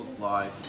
Live